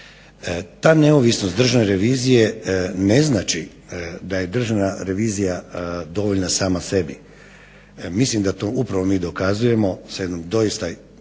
Ta neovisnost Državne revizije ne znači da je Državna revizija dovoljna sama sebi. Mislim da upravo mi to dokazujemo s jednom doista